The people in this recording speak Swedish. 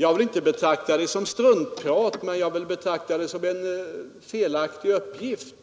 Jag vill inte betrakta detta som struntprat, men jag vill betrakta det som en felaktig uppgift.